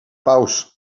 paus